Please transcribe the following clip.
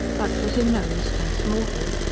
but was in no instance mortal.